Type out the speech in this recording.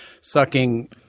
sucking